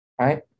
right